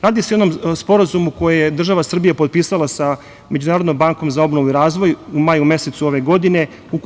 Radi se o jednom sporazumu koji je država Srbija potpisala sa Međunarodnom bankom za obnovu i razvoj u maju mesecu ove godine.